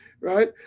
right